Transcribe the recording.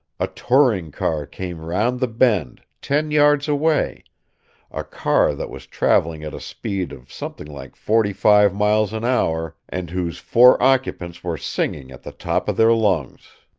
a touring car came round the bend, ten yards away a car that was traveling at a speed of something like forty-five miles an hour, and whose four occupants were singing at the top of their lungs.